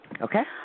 Okay